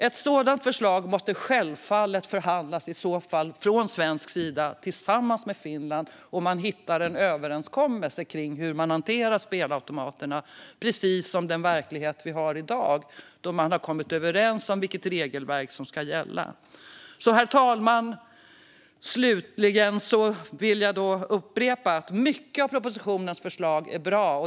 Ett sådant förslag måste i så fall självfallet förhandlas från svensk sida tillsammans med Finland, så att man hittar en överenskommelse om hur man hanterar spelautomaterna, precis som man i dagens verklighet har kommit överens om vilket regelverk som ska gälla. Herr talman! Slutligen vill jag upprepa att mycket av propositionens förslag är bra.